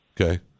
Okay